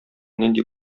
нинди